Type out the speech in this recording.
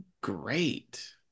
great